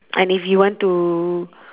and if you want to